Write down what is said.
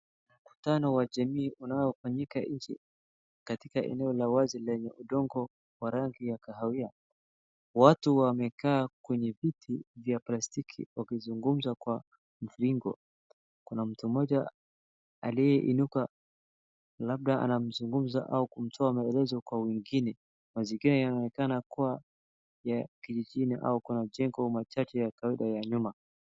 Mkutano wa jamii unaofanyika nje katika eneo la wazi lenye udongo wa rangi ya kahawia. Watu wamekaa kwenye viti vya plastiki wakizungumza kwa mvingo. Kuna mtu mmoja aliyeinuka, labda anazungumza au kutoa maelezo kwa wengine. Mazingira yanaonekana kuwa ya kijijini au kwa majengo machache ya nyuma.